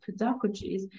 pedagogies